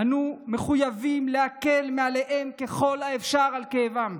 אנו מחויבים להקל מעליהם ככל האפשר את כאבם.